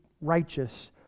righteous